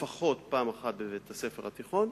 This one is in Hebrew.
לפחות פעם אחת בבית-הספר התיכון,